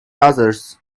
others